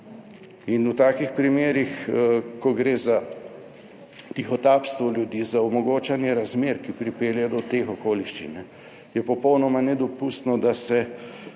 in v takih primerih, ko gre za tihotapstvo ljudi, za omogočanje razmer, ki pripeljejo do teh okoliščin, je popolnoma nedopustno, da se